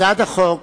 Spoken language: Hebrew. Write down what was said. בהצעת החוק